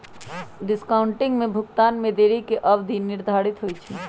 discounting में भुगतान में देरी के अवधि निर्धारित होइ छइ